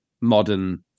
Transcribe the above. modern